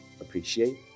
appreciate